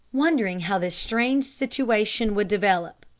wondering how this strange situation would develop.